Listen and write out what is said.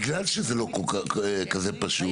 בגלל שזה לא כזה פשוט,